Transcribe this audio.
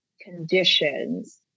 conditions